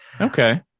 Okay